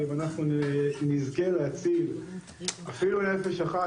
ואם אנחנו נזכה להציל אפילו נפש אחת,